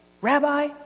Rabbi